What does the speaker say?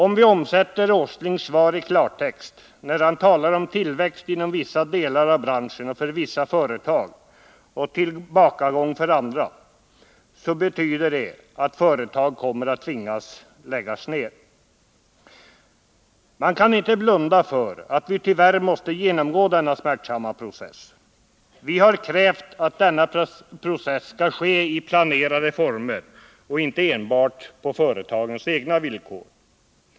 Om vi omsätter Nils Åslings svar i klartext, när han talar om tillväxt inom vissa delar av branschen och för vissa företag och tillbakagång för andra, så betyder det att företag kommer att tvingas lägga ner. Vi kan inte blunda för att man tyvärr måste genomgå denna smärtsamma process. Vi har krävt att denna process skall ske i planerade former och inte enbart på företagens egna villkor.